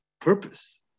purpose